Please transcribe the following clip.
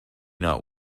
not